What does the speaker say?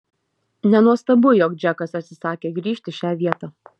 nenuostabu jog džekas atsisakė grįžt į šią vietą